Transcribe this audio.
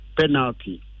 penalty